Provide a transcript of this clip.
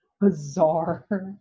bizarre